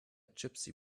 gypsy